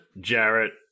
Jarrett